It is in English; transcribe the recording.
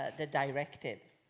the directive.